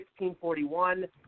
1641